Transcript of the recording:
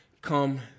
come